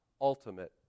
ultimate